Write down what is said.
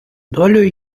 долю